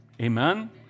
Amen